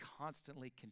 constantly